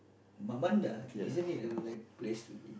Mamanda isn't it a like place to eat